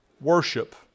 Worship